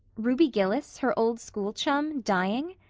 ruby gillis, her old school-chum, dying?